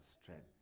strength